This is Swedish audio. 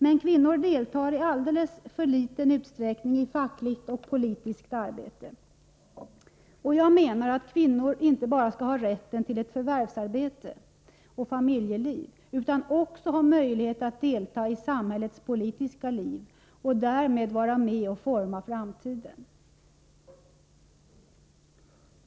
Men kvinnor deltar i alltför liten utsträckning i fackligt och politiskt arbete. Jag menar att kvinnor inte bara skall ha rätt till ett förvärvsarbete och ett familjeliv utan också skall ha möjlighet att delta i samhällets politiska liv och därmed vara med och forma framtiden.